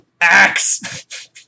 Axe